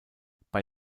bei